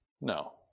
No